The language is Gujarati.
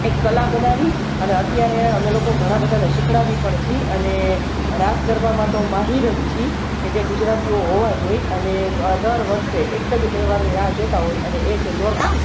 એક કલા બનાવી અને અત્યારે અમે લોકો ઘણા બધાને શિખડાવી પણ છી અને રાસ ગરબામાં તો માહિર જ છી કે જે ગુજરાતીઓ હોવા જોય અને દર વર્ષે એક જ તહેવારની રાહ જોતાં હોય અને એ છે નોરતા